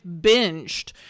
binged